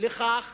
לכך